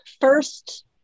first